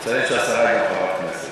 נציין שהשרה היא גם חברת כנסת.